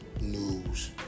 News